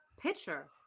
pitcher